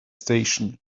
station